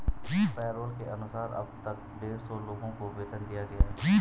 payroll के अनुसार अब तक डेढ़ सौ लोगों को वेतन दिया गया है